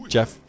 Jeff